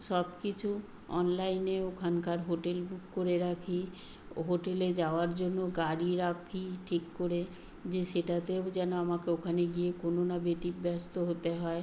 সব কিছু অনলাইনে ওখানকার হোটেল বুক করে রাখি ও হোটেলে যাওয়ার জন্য গাড়ি রাখি ঠিক করে যে সেটাতে যেন আমাকে ওখানে গিয়ে কোনো না বেতিব্যস্ত হতে হয়